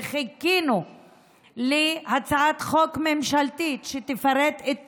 וחיכינו להצעת חוק ממשלתית שתפרט את